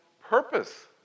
purpose